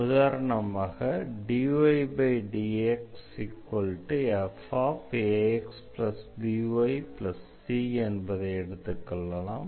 உதாரணமாக dydxfaxbyc என்பதை எடுத்துக் கொள்வோம்